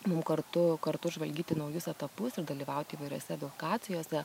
mum kartu kartu žvalgyti naujus etapus ir dalyvauti įvairiose edukacijose